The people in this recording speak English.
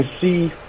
see